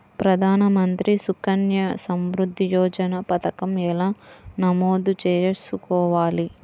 ప్రధాన మంత్రి సుకన్య సంవృద్ధి యోజన పథకం ఎలా నమోదు చేసుకోవాలీ?